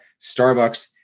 Starbucks